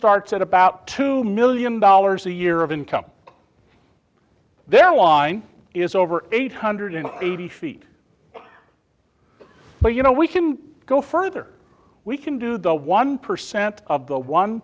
starts at about two million dollars a year of income their line is over eight hundred eighty feet but you know we can go further we can do the one percent of the one